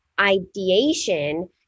ideation